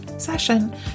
session